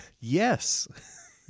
Yes